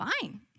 Fine